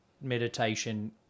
meditation